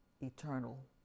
eternal